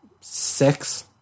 six